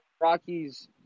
Rockies